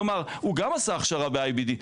כלומר הוא גם עשה הכשרה ב-IBD.